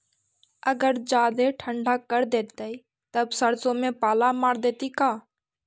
अगर जादे ठंडा कर देतै तब सरसों में पाला मार देतै का?